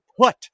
put